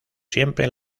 siempre